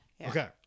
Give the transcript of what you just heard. okay